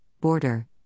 border